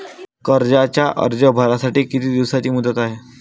कर्जाचा अर्ज भरासाठी किती दिसाची मुदत हाय?